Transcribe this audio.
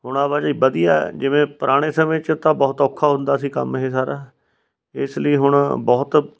ਹੁਣ ਆਵਾਜਾਈ ਵਧੀਆ ਜਿਵੇਂ ਪੁਰਾਣੇ ਸਮੇਂ 'ਚ ਤਾਂ ਬਹੁਤ ਔਖਾ ਹੁੰਦਾ ਸੀ ਕੰਮ ਇਹ ਸਾਰਾ ਇਸ ਲਈ ਹੁਣ ਬਹੁਤ